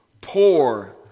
poor